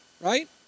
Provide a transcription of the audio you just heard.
right